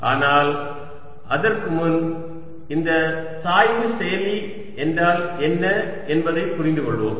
ஆனால் அதற்கு முன் இந்த சாய்வு செயலி என்றால் என்ன என்பதைப் புரிந்து கொள்வோம்